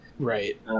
right